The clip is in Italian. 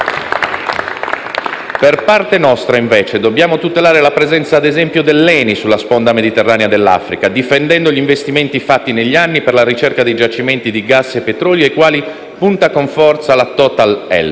Per parte nostra, invece, dobbiamo tutelare la presenza - ad esempio - dell'ENI sulla sponda mediterranea dell'Africa, difendendo gli investimenti fatti negli anni per la ricerca di giacimenti di gas e petrolio, ai quali punta con forza la Total Elf.